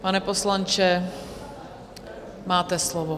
Pane poslanče, máte slovo.